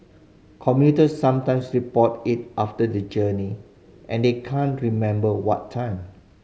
commuters sometimes report it after the journey and they can't remember what time